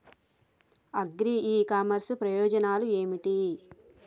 Agri e commerce ప్రయోజనాలు ఏమిటి?